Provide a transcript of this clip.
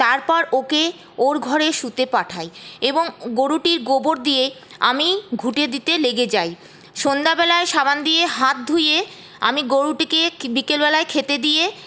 তারপর ওকে ওর ঘরে শুতে পাঠাই এবং গরুটির গোবর দিয়ে আমি ঘুঁটে দিতে লেগে যাই সন্ধ্যাবেলায় সাবান দিয়ে হাত ধুয়ে আমি গরুটিকে বিকেলবেলায় খেতে দিয়ে